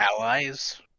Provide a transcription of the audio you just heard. allies